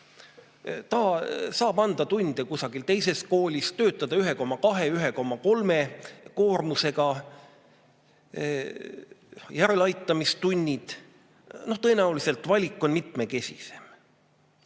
Ta saab anda tunde kusagil teises koolis, töötada 1,2, 1,3 koormusega, on järeleaitamistunnid – tõenäoliselt valik on mitmekesisem.